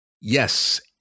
Yes